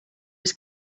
was